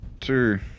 two